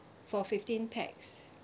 for fifteen pax